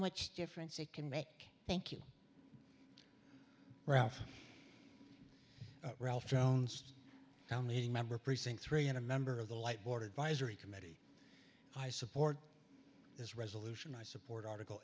much difference it can make thank you ralph ralph jones how meeting member precinct three and a member of the light board advisory committee i support this resolution i support article